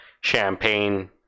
champagne